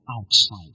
outside